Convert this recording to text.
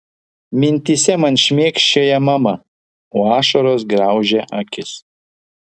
mintyse man šmėkščioja mama o ašaros graužia akis